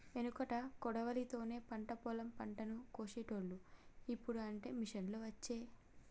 ఎనుకట కొడవలి తోనే పంట పొలం పంటను కోశేటోళ్లు, ఇప్పుడు అంటే మిషిండ్లు వచ్చే